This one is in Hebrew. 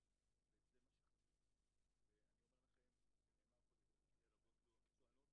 אבל כל מי שרוצה להבא את הנושא הזה